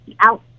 out